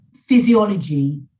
physiology